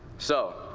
so,